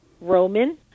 Roman